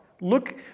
Look